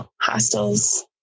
Hostels